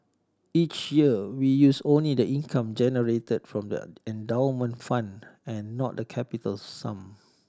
each year we use only the income generated from the endowment fund and not the capital sum